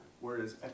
Whereas